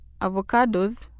avocados